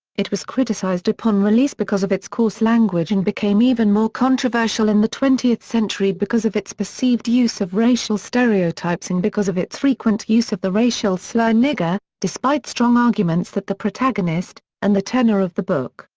it was criticized upon release because of its coarse language and became even more controversial in the twentieth century because of its perceived use of racial stereotypes and because of its frequent use of the racial slur nigger, despite strong arguments that the protagonist, and the tenor of the book,